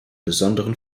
besonderen